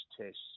tests